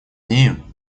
нею